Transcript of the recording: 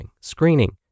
screening